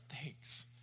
thanks